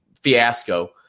fiasco